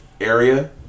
area